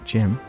Jim